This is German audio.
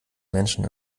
menschen